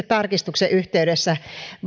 tarkistuksen yhteydessä